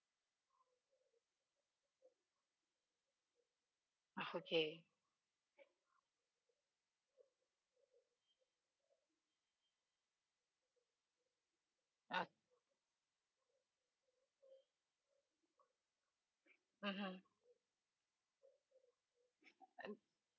okay uh mmhmm and